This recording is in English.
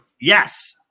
Yes